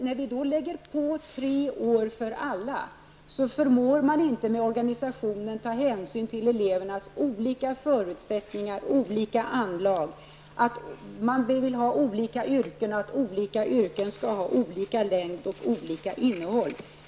När vi då lägger på tre år för alla förmår man inte inom organisationen att ta hänsyn till elevernas olika förutsättningar och anlag. Vi vill ha olika yrkesutbildningar med olika utbildningslängd och med olika innehåll.